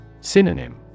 Synonym